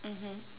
mmhmm